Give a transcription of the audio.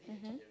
mmhmm